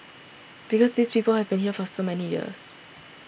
because these people have been here for so many years